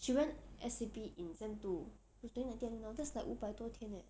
she went S_C_B in sem two so it's like twenty nineteen until now that's like 五百多天 eh